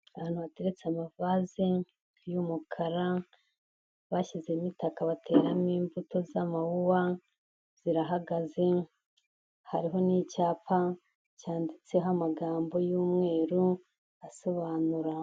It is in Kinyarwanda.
Ahantu hateretse amavaze y'umukara bashyizemo itaka bateramo imbuto z'amawuwa zirahagaze, hariho n'icyapa cyanditseho amagambo y'umweru asobanura.